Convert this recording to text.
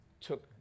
took